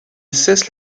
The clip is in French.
cesse